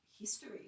history